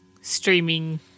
streaming